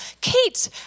Kate